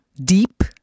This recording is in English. Deep